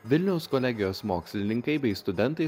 vilniaus kolegijos mokslininkai bei studentai